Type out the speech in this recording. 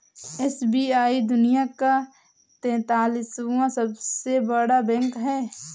SBI दुनिया का तेंतालीसवां सबसे बड़ा बैंक है